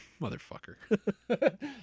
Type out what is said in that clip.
Motherfucker